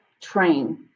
train